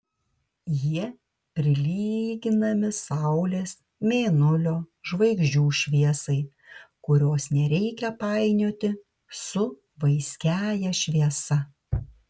jie prilyginami saulės mėnulio žvaigždžių šviesai kurios nereikia painioti su vaiskiąja šviesa